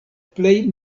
plej